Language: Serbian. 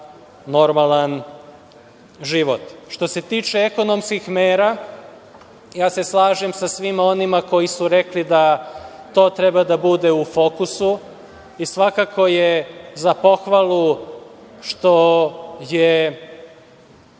normalan život. Što se tiče ekonomskih mera, ja se slažem sa svima onima koji su rekli da to treba da bude u fokusu i svakako je za pohvalu što je